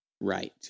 Right